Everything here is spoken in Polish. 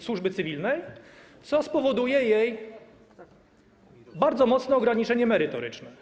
służby cywilnej, co spowoduje jej bardzo mocne ograniczenie merytoryczne.